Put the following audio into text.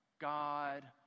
God